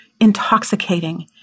intoxicating